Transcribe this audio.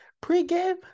Pre-game